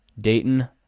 Dayton